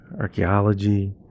archaeology